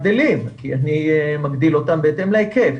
כי אני מגדיל אותם בהתאם להיקף.